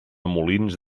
molins